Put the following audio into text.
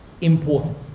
important